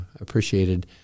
appreciated